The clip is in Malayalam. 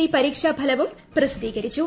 സി പരീക്ഷാഫലവും പ്രസിദ്ധീകരിച്ചു